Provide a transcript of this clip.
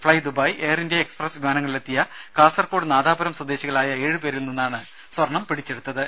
fly Dubai Air India Express വിമാനങ്ങളിലെത്തിയ കാസർഗോഡ് നാദാപൂരം സ്വദേശികളായ ഏഴുപേരിൽ നിന്നാണ് സ്വർണ്ണം പിടിച്ചെടുത്തത്